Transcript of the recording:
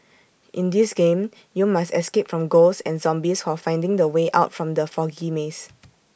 in this game you must escape from ghosts and zombies while finding the way out from the foggy maze